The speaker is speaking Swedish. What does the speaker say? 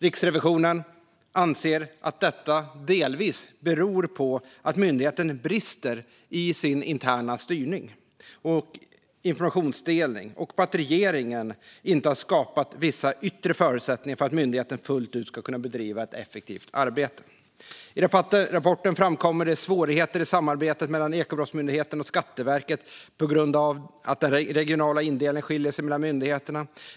Riksrevisionen anser att detta delvis beror på att myndigheten brister i sin interna styrning och informationsdelning och på att regeringen inte har skapat vissa yttre förutsättningar för att myndigheten fullt ut ska kunna bedriva ett effektivt arbete. I rapporten framkommer det svårigheter i samarbetet mellan Ekobrottsmyndigheten och Skatteverket på grund av att den regionala indelningen skiljer sig mellan myndigheterna.